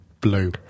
Blue